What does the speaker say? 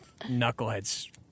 knuckleheads